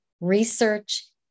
research